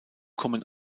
kommen